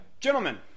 Gentlemen